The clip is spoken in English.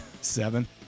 Seven